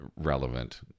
relevant